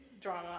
drama